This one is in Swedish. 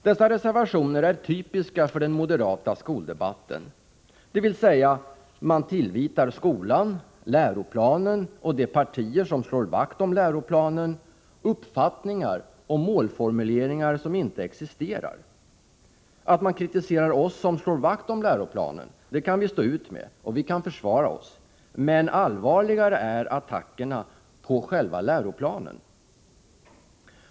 Dessa reservationer är typiska för den moderata skoldebatten, dvs. man tillvitar skolan, läroplanen och de partier som slår vakt om läroplanen uppfattningar och målformuleringar som inte existerar. Att man kritiserar oss som slår vakt om läroplanen kan vi stå ut med, och vi kan försvara oss, men allvarligare är attackerna på själva läroplanen.